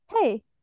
hey